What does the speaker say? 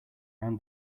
around